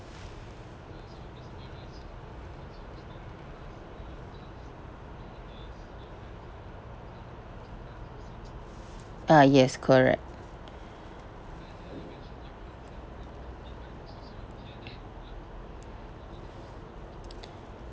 uh yes correct